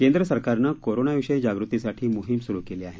केंद्र सरकारनं कोरोनाविषयी जागृतीसाठी मोहीम सुरु केली आहे